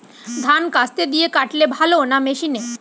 ধান কাস্তে দিয়ে কাটলে ভালো না মেশিনে?